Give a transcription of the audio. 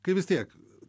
kai vis tiek